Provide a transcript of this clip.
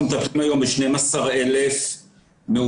אנחנו מטפלים היום ב-12,000 מאומתים,